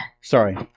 Sorry